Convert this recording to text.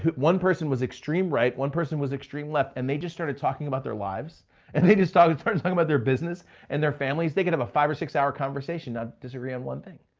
one person was extreme right, one person was extreme left and they just started talking about their lives and they just started started talking about their business and their families. they could have a five or six hour conversation, not disagree on one thing,